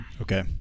Okay